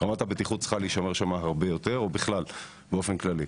ורמת הבטיחות צריכה להישמר שם הרבה יותר או בכלל באופן כללי.